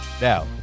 now